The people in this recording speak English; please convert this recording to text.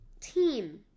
team